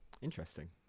interesting